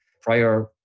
prior